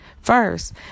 First